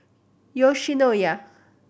Yoshinoya